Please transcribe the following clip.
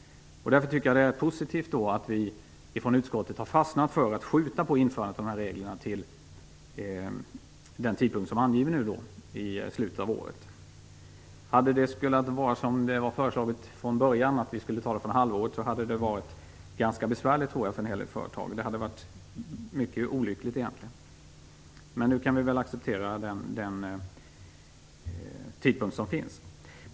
Därför tycker jag att det är positivt att utskottet har fastnat för att skjuta på införandet av dessa regler till den tidpunkt i slutet av året som är angiven. Från början föreslogs att vi skulle införa dem från halvårsskiftet. Det hade nog blivit ganska besvärligt för en hel del företag. Det hade varit mycket olyckligt. Men nu kan vi väl acceptera den tidpunkt som finns.